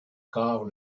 korps